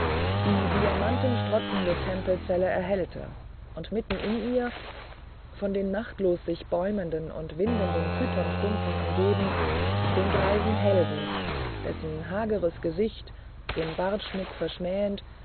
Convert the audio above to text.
die diamantenstrotzende tempelzelle erhellte und mitten in ihr von den machtlos sich bäumenden und windenden pythonstümpfen umgeben den greisen helden dessen hageres gesicht den bartschmuck verschmähend